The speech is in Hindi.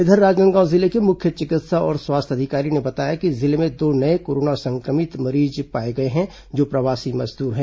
इधर राजनांदगांव जिले के मुख्य चिकित्सा और स्वास्थ्य अधिकारी ने बताया कि जिले में दो नए कोरोना संक्रमित मरीज पाए गए हैं जो प्रवासी मजदूर हैं